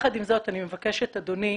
עם זאת, אני מבקשת, אדוני,